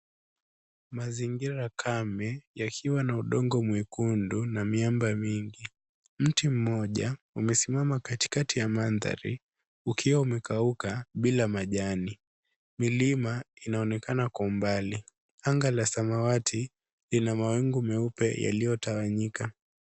Mazingira kame yakiwa na udongo mwekundu na miamba mingi. Mti mmoja umesimama katikati ya mandhari ukiwa umekauka bila majani. Milima inaonekana kwa umbali. Anga la samawati lina mawingu meupe yaliyotawanyika.